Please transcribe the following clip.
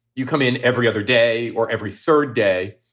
you come in every other day or every third day.